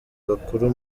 bakuru